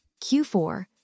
Q4